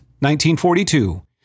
1942